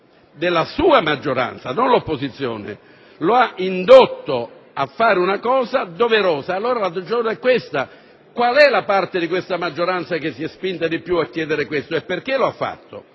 della sua maggioranza, non dell'opposizione, lo ha indotto a fare una cosa doverosa. Allora la ragione è questa. Qual è la parte di questa maggioranza che si è spinta di più a chiedere questo, e perché lo ha fatto,